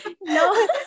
No